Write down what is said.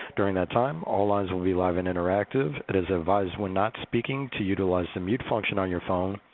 during that time, all lines will be live and interactive. it is advised when not speaking, to utilize the mute function on your phone.